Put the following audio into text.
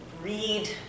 read